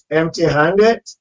empty-handed